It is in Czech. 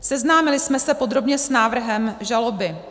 Seznámili jsme se podrobně s návrhem žaloby.